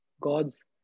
God's